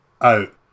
out